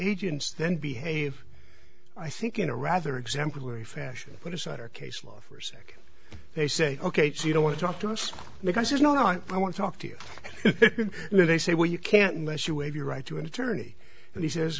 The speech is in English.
agents then behave i think in a rather exemplary fashion decider case law for second they say ok so you don't want to talk to us because there's no i want to talk to you and they say well you can't unless you wave your right to an attorney and he says